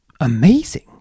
amazing